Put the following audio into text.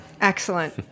Excellent